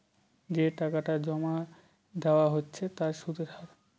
যে টাকাটা জমা দেওয়া হচ্ছে তার সুদের হার